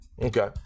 Okay